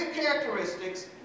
characteristics